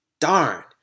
darn